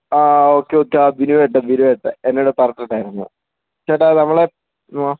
ആ okay okay ആ ബിനു ഏട്ടന് ബിനു എട്ടന് എന്നോട് പറഞ്ഞിട്ടുണ്ടായിരുന്നു ചേട്ടാ നമ്മള് ആ